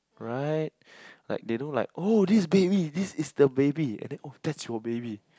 right like they don't like oh this baby this is the baby eh oh that's your baby